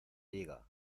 diga